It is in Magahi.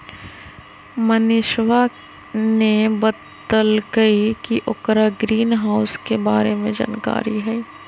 मनीषवा ने बतल कई कि ओकरा ग्रीनहाउस के बारे में जानकारी हई